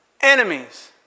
Enemies